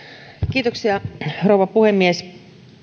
kiitoksia rouva puhemies